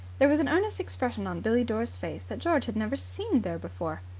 there was an earnest expression on billie dore's face that george had never seen there before.